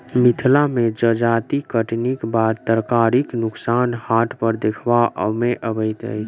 मिथिला मे जजाति कटनीक बाद तरकारीक नोकसान हाट पर देखबा मे अबैत अछि